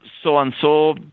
so-and-so